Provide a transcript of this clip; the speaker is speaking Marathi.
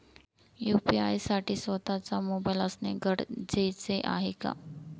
यू.पी.आय साठी स्वत:चा मोबाईल असणे गरजेचे आहे का?